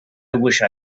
wished